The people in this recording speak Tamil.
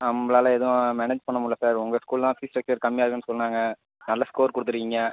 நம்மளால எதுவும் மேனேஜ் பண்ண முடியல சார் உங்கள் ஸ்கூல்லாம் ஃபீஸ் ஸ்ட்ரக்ச்சர் கம்மியாக இருக்குதுனு சொன்னாங்கள் நல்ல ஸ்கோர் கொடுத்துருக்கிங்க